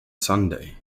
sunday